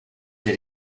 did